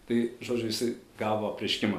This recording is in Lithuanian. tai žodžiu jisai gavo apreiškimą